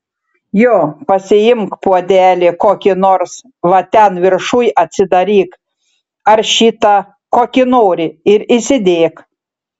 jo pasiimk puodelį kokį nors va ten viršuj atsidaryk ar šitą kokį nori ir įsidėk